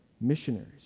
missionaries